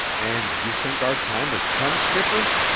and you think our time is come, skipper?